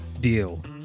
deal